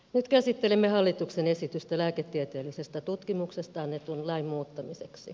nyt käsittelemme hallituksen esitystä lääketieteellisestä tutkimuksesta annetun lain muuttamisesta